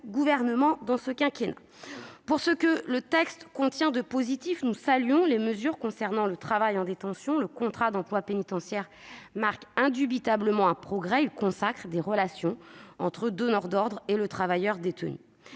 cours de ce quinquennat. Venons-en à ce que le texte contient de positif. Nous saluons les mesures concernant le travail en détention. Le contrat d'emploi pénitentiaire marque indubitablement un progrès ; il consacre des relations entre les donneurs d'ordre et le travailleur détenu.